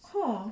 !whoa!